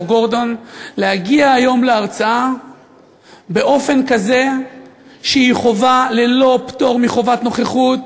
גורדון להגיע היום להרצאה באופן כזה שהיא חובה ללא פטור מחובת נוכחות.